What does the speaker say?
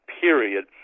Period